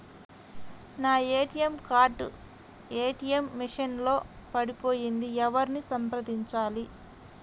నా ATM card ATM machine లో పడిపోయింది ఎవరిని సంప్రదించాలి?